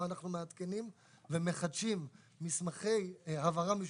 ואנחנו מעדכנים ומחדשים מסמכי הבהרה משותפים,